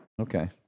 Okay